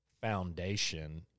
foundation